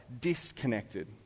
disconnected